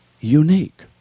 Unique